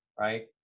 right